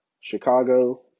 Chicago